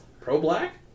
pro-black